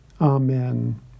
Amen